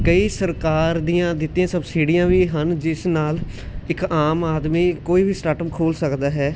ਕਈ ਸਰਕਾਰ ਦੀਆਂ ਦਿੱਤੀਆਂ ਸਬਸਿਡੀਆਂ ਵੀ ਹਨ ਜਿਸ ਨਾਲ ਇੱਕ ਆਮ ਆਦਮੀ ਕੋਈ ਵੀ ਸਟਾਰਟਅਪ ਖੋਲ੍ਹ ਸਕਦਾ ਹੈ